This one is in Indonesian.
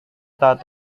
tak